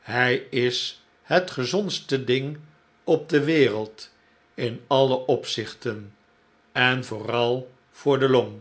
hij is het gezondste ding op de wereld in alle opzichten en vooral voor de long